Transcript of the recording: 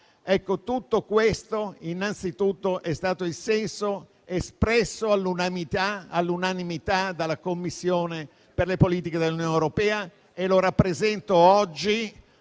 È stato innanzitutto questo il senso di quanto espresso all'unanimità dalla Commissione per le politiche dell'Unione europea e lo rappresento oggi